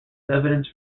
evidence